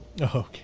Okay